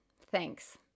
Thanks